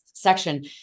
section